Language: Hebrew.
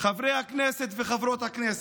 חברי הכנסת וחברות הכנסת,